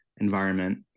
environment